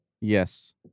Yes